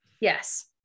yes